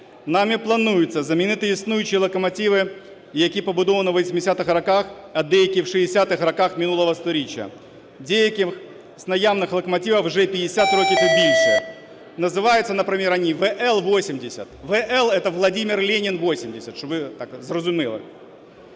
Нами планується замінити існуючі локомотиви, які побудовані у 80-х роках, а деякі в 60-х роках минулого сторіччя. Деяким з наявних локомотивів вже 50 років і більше. Називаються, наприклад, вони ВЛ80. ВЛ – це Володимир Ленін 80, щоб ви зрозуміли.